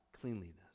cleanliness